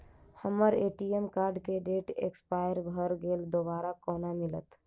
हम्मर ATM card केँ date expire भऽ गेल दोबारा कोना मिलत?